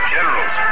Generals